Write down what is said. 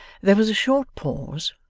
there was a short pause,